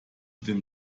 den